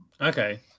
okay